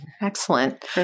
Excellent